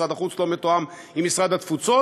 משרד החוץ לא מתואם עם משרד התפוצות,